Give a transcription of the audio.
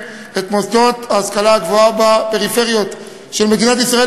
את המוסדות להשכלה גבוהה בפריפריות של מדינת ישראל,